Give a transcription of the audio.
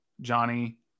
johnny